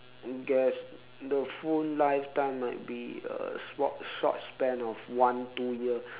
and guess the phone life time might be a short short span of one two year